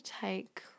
take